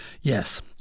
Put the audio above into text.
Yes